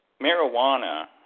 marijuana